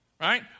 right